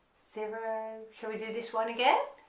zero shall we do this one again